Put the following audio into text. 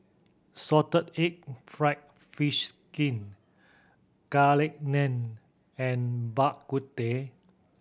salted egg fried fish skin Garlic Naan and Bak Kut Teh